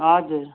हजुर